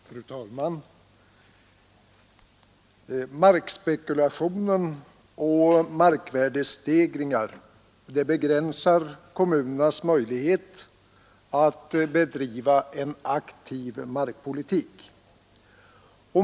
Fru talman! Markspekulation och markvärdestegringringar begränsar kommunernas möjligheter att bedriva en aktiv markpolitik.